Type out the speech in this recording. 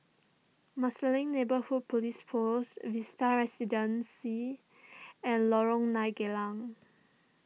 Marsiling Neighbourhood Police Post Vista Residences and Lorong nine Geylang